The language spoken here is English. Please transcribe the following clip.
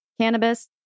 cannabis